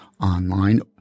online